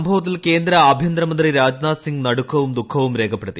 സംഭവത്തിൽ കേന്ദ്ര ആഭ്യന്തരമന്ത്രി രാജ്നാഥ് സിംഗ് നടുക്കവും ദുഃഖവും രേഖപ്പെടുത്തി